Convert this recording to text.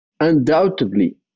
undoubtedly